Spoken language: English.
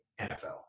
NFL